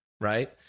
Right